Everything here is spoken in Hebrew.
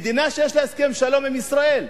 מדינה שיש לה הסכם שלום עם ישראל,